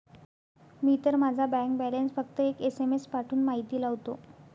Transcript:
मी तर माझा bank balance फक्त एक एस.एम.एस पाठवून माहिती लावतो